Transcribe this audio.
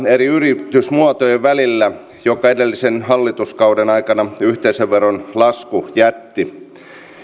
eri yritysmuotojen välillä jonka edellisen hallituskauden aikana yhteisöveron lasku jätti